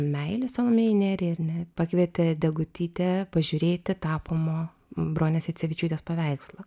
meilę salomėjai nėriai ar ne pakvietė degutytę pažiūrėti tapomo bronės jacevičiūtės paveikslą